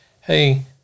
Hey